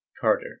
Carter